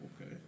okay